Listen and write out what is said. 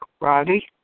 Roddy